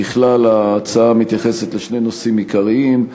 ככלל, ההצעה מתייחסת לשני נושאים עיקריים: